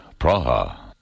Praha